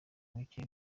muke